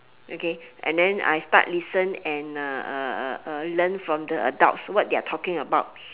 okay and then I start listen and uh uh uh uh learn from the adults what they are talking about